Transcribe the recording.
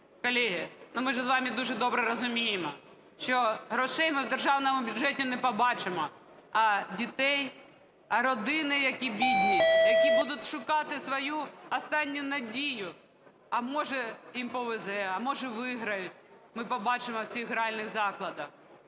Колеги, ну, ми ж з вами дуже добре розуміємо, що грошей ми в державному бюджеті не побачимо, а дітей, а родини, які бідні, які будуть шукати свою останню надію, а може їм повезе, а може виграють, ми побачимо в цих гральних закладах.